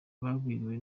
bagwiriwe